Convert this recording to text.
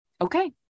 okay